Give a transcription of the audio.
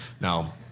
Now